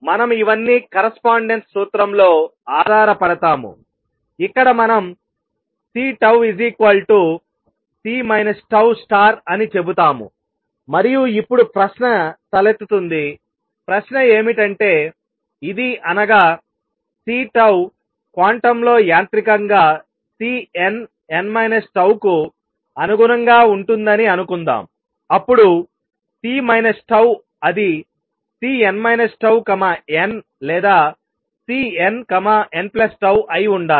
మనం ఇవన్నీ కరస్పాండెన్స్ సూత్రంలో ఆధారపడతాము ఇక్కడ మనం CC అని చెబుతాము మరియు ఇప్పుడు ప్రశ్న తలెత్తుతుంది ప్రశ్న ఏమిటంటే ఇది అనగా C క్వాంటంలో యాంత్రికంగా Cnn కు అనుగుణంగా ఉంటుందని అనుకుందాం అప్పుడు C అది Cn τn లేదా Cnnఅయి ఉండాలి